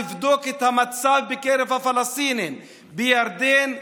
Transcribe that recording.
לבדוק את המצב בקרב הפלסטינים בירדן,